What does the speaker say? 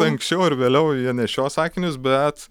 anksčiau ar vėliau jie nešios akinius bet